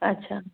अच्छा